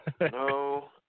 No